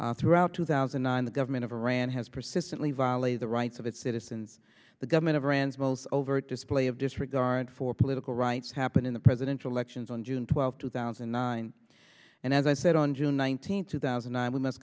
iran throughout two thousand and nine the government of iran has persistently violated the rights of its citizens the government of iran's most overt display of disregard for political rights happened in the presidential elections on june twelfth two thousand and nine and as i said on june nineteenth two thousand and nine we must